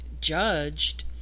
judged